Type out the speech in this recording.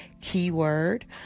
keyword